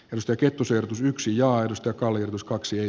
risto kettusen syyksi ja aidosta kallio tuskaksi